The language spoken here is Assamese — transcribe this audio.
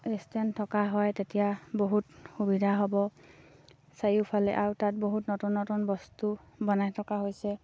ৰেষ্টুৰেণ্ট থকা হয় তেতিয়া বহুত সুবিধা হ'ব চাৰিওফালে আৰু তাত বহুত নতুন নতুন বস্তু বনাই থকা হৈছে